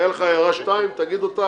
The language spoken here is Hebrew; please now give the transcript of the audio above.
היו לך הערה או שתיים תגיד אותן,